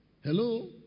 Hello